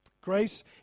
Grace